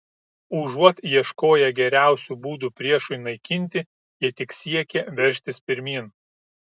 užuot ieškoję geriausių būdų priešui naikinti jie tik siekė veržtis pirmyn